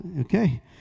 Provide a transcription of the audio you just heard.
okay